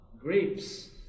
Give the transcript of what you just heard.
Grapes